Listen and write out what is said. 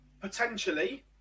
Potentially